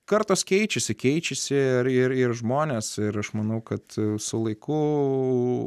kartos keičiasi keičiasi ir ir žmonės ir aš manau kad su laiku